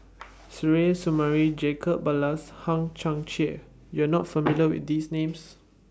Suzairhe Sumari Jacob Ballas and Hang Chang Chieh YOU Are not familiar with These Names